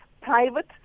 private